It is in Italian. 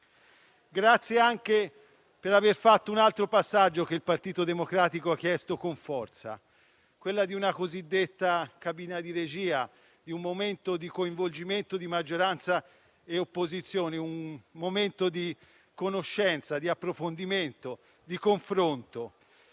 Grazie anche per aver fatto un altro passaggio che il Partito Democratico ha chiesto con forza: quello di una cosiddetta cabina di regia, di un momento di coinvolgimento di maggioranza e opposizione, un momento di conoscenza, di approfondimento, di confronto.